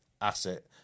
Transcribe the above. asset